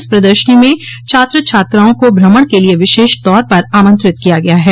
इस प्रदर्शनी में छात्र छात्राओं को भ्रमण के लिए विशेषतौर पर आमंत्रित किया गया है